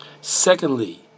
Secondly